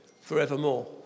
forevermore